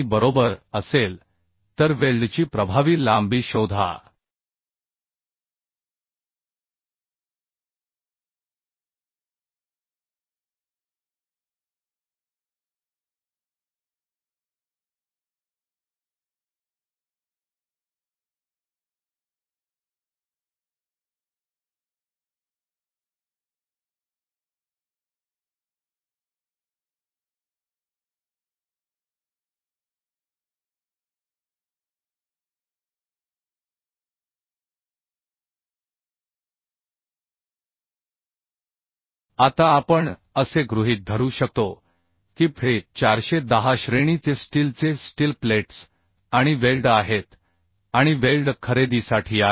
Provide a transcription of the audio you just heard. बरोबर असेल तर वेल्डची प्रभावी लांबी शोधा आता आपण असे गृहीत धरू शकतो की Fe 410 श्रेणीचे बोल्ट स्टीलचे स्टील प्लेट्स आणि वेल्ड आहेत आणि वेल्ड खरेदीसाठी आहेत